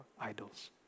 idols